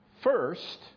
First